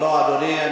לא, לא, אדוני.